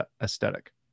aesthetic